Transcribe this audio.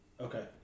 Okay